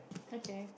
okay